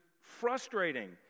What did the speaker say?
frustrating